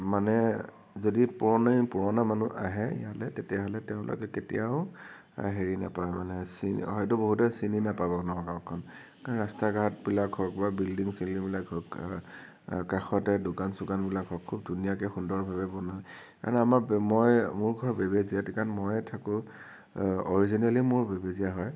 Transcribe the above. মানে যদি পুৰণি পুৰণা মানুহ আহে ইয়ালে তেতিয়াহ'লে তেওঁলোকে কেতিয়াও হেৰি নেপায় মানে চিনি হয়তো বহুতে চিনি নেপাব নগাওঁখন কাৰণ ৰাস্তা ঘাটবিলাক হক বা বিল্ডিং চিল্ডিঙবিলাক হক কাষতে দোকান চোকানবিলাক হক খুব ধুনীয়াকে সুন্দৰভাৱে বনালে কাৰণ আমাৰ মই মোৰ ঘৰ বেবেজীয়াত কাৰণ মই থাকোঁ অৰিজিনেলি মোৰ বেবেজীয়া হয়